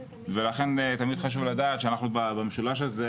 ולכן, תמיד חשוב לדעת שאנחנו במשולש הזה,